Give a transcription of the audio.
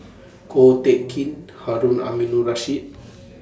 Ko Teck Kin Harun Aminurrashid